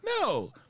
No